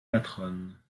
patronne